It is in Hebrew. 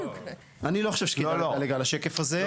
אני לא חושב שכדאי לדלג על השקף הזה.